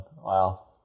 Wow